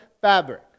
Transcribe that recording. fabric